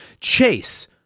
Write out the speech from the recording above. chase